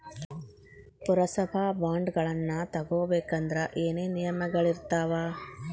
ಪುರಸಭಾ ಬಾಂಡ್ಗಳನ್ನ ತಗೊಬೇಕಂದ್ರ ಏನೇನ ನಿಯಮಗಳಿರ್ತಾವ?